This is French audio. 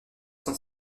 sont